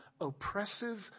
oppressive